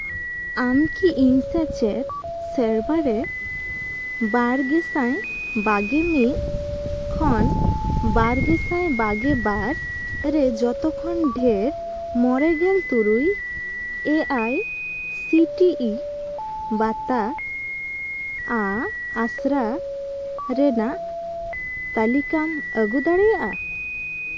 ᱟᱢ ᱠᱤ ᱤᱧ ᱥᱮᱪᱮᱫ ᱥᱮᱨᱢᱟ ᱨᱮ ᱵᱟᱨ ᱜᱮᱥᱟᱭ ᱵᱟᱨᱜᱮ ᱢᱤᱫ ᱠᱷᱚᱱ ᱵᱟᱨ ᱜᱮᱥᱟᱭ ᱵᱟᱨᱜᱮ ᱵᱟᱨ ᱨᱮ ᱡᱚᱛᱚ ᱠᱷᱚᱱ ᱰᱷᱮᱨ ᱢᱚᱬᱮ ᱜᱮᱞ ᱛᱩᱨᱩᱭ A I C T E ᱵᱟᱛᱟᱜᱼᱟ ᱟᱥᱨᱟ ᱨᱮᱱᱟᱜ ᱛᱟᱹᱞᱤᱠᱟᱢ ᱟᱹᱜᱩ ᱫᱟᱲᱮᱭᱟᱜᱼᱟ